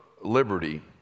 liberty